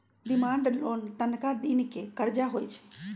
demand loan तनका दिन के करजा होइ छइ